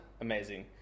Amazing